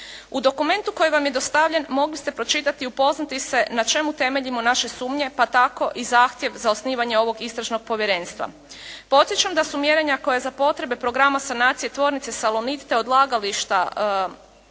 U dokumentu koji vam je dostavljen mogli ste pročitati i upoznati se na čemu temeljimo naše sumnje pa tako i zahtjev za osnivanje ovog istražnog povjerenstva. Podsjećam da su mjerenja koja za potrebe programa sanacije tvornice Salonit te odlagališta